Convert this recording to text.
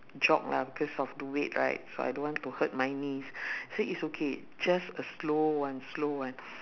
jog lah because of the weight right so I don't want to hurt my knees say it's okay just a slow one slow one